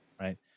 Right